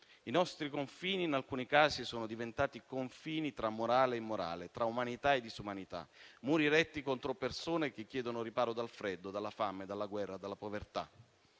«i nostri confini, in alcuni casi, sono diventati confini tra morale e immorale, tra umanità e disumanità, muri eretti contro persone che chiedono riparo dal freddo, dalla fame, dalla guerra e dalla povertà»;